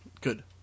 Good